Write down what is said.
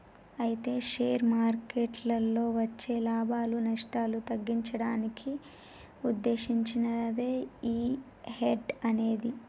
అయితే షేర్ మార్కెట్లలో వచ్చే లాభాలు నష్టాలు తగ్గించడానికి ఉద్దేశించినదే ఈ హెడ్జ్ అనేది